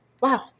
wow